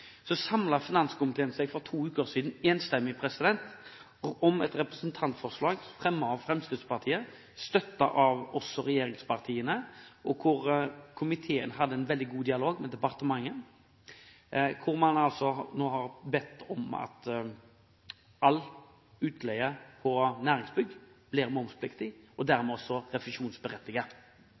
så vidt ikke riktig. Når det gjelder saken som handler om moms på bygg, og som er ganske teknisk, samlet finanskomiteen seg for to uker siden enstemmig om et representantforslag fremmet av Fremskrittspartiet med støtte fra regjeringspartiene, hvor komiteen hadde en veldig god dialog med departementet, og hvor man nå har bedt om at all utleie av næringsbygg blir